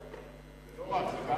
לא רק זה.